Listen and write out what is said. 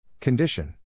Condition